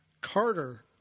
Carter